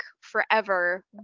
forever